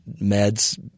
meds